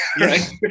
right